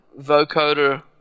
vocoder